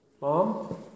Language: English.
Mom